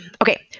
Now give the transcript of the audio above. okay